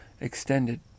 extended